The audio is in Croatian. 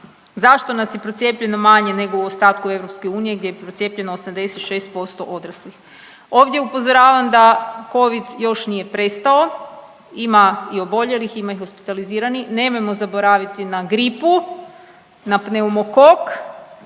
Zašto nas je procijepljeno manje nego u ostatku EU gdje je procijepljeno 86% odraslih? Ovdje upozoravam da covid još nije prestao, ima i oboljelih, ima i hospitaliziranih. Nemojmo zaboraviti na gripu, na pneumokok,